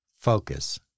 focus